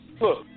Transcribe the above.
look